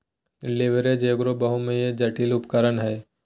leverage एगो बहुआयामी, जटिल उपकरण हय